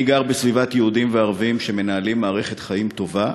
אני גר בסביבת יהודים וערבים שמנהלים מערכת חיים טובה,